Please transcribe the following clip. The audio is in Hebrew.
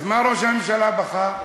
אז מה ראש הממשלה בחר?